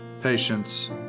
patience